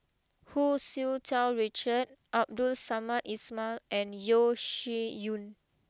Hu Tsu Tau Richard Abdul Samad Ismail and Yeo Shih Yun